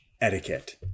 etiquette